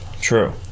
True